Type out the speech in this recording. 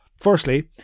Firstly